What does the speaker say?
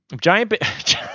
giant